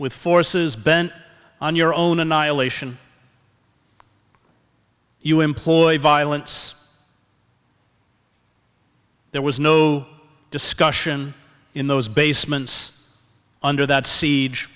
with forces bent on your own annihilation you employ violence there was no discussion in those basements under that siege